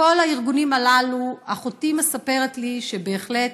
כל הארגונים הללו, אחותי מספרת לי שבהחלט